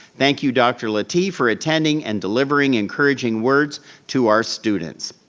thank you dr. lateef for attending, and delivering encouraging words to our students.